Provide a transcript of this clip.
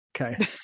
Okay